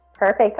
Perfect